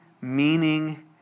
meaning